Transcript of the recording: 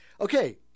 Okay